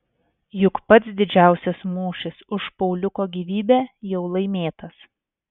juk pats didžiausias mūšis už pauliuko gyvybę jau laimėtas